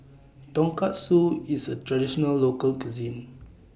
Tonkatsu IS A Traditional Local Cuisine